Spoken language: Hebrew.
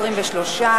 23,